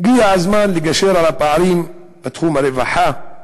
הגיע הזמן לגשר על הפערים בתחום הרווחה,